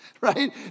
right